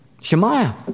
Shemaiah